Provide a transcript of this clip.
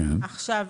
עכשיו,